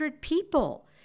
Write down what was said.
people